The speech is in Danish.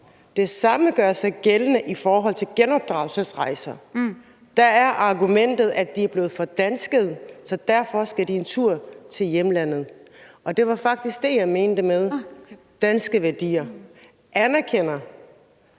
Det samme gør sig gældende i forhold til genopdragelsesrejser. Der er argumentet, at de er blevet fordanskede, så derfor skal de en tur til hjemlandet. Det var faktisk det, jeg mente med danske værdier. Anerkender